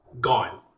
Gone